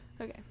okay